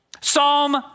Psalm